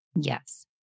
Yes